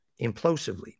implosively